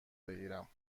بگیرم